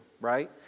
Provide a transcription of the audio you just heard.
right